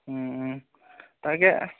তাকে